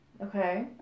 Okay